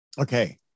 Okay